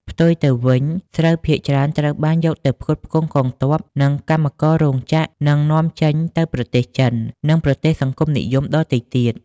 ផ្ទុយទៅវិញ ស្រូវភាគច្រើនត្រូវបានយកទៅផ្គត់ផ្គង់កងទ័ព និងកម្មកររោងចក្រនិងនាំចេញទៅប្រទេសចិន និងប្រទេសសង្គមនិយមដទៃទៀត ។